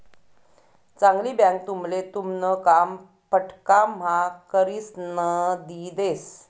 चांगली बँक तुमले तुमन काम फटकाम्हा करिसन दी देस